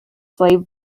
slave